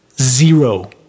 Zero